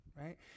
right